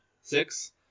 six